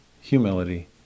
humility